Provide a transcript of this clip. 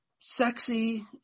sexy